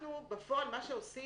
בפועל מה שאנחנו עושים,